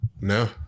no